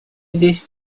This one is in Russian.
здесь